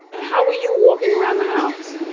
how were you walking around the house?